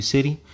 City